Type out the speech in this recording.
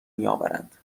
میآورند